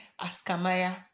Askamaya